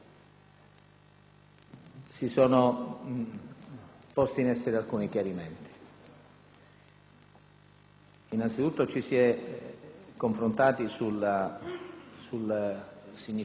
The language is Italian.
Innanzitutto, ci si è confrontati sul significato delle espressioni del Vice Capogruppo di maggioranza,